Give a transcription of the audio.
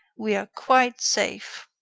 we are quite safe.